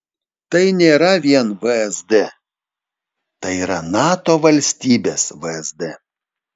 tai nėra vien vsd tai yra nato valstybės vsd